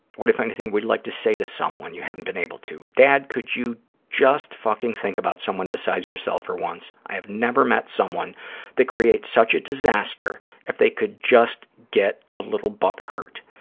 what, if anything, would you like to say to someone you haven't been able to? dad, could you just fucking think about someone besides yourself for once? i have never met someone that creates such a disaster if they could just get a little but hurt.